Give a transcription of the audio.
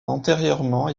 antérieurement